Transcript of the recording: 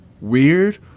weird